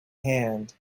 hand